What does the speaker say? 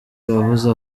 bavuza